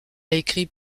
écrit